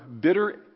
bitter